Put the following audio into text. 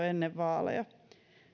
ennen vaaleja